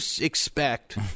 expect